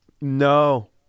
No